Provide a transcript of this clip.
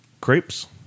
crepes